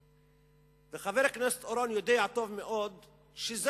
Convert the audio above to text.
רבותי חברי הכנסת, לרשותך שש